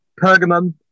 Pergamum